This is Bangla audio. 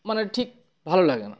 মানে ঠিক ভালো লাগে না